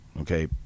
Okay